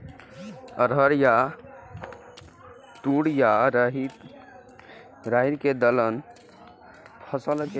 अरहर या तूर या राहरि कें दलहन फसल के रूप मे जानल जाइ छै